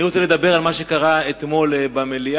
אני רוצה לדבר על מה שקרה אתמול במליאה.